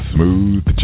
Smooth